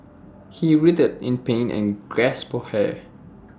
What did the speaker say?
he writhed in pain and gasped hair